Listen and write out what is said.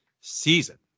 season